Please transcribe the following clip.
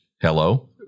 Hello